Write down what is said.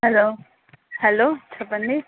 hello hello చెప్పండి